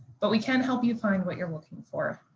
but we can help you find what you're looking for.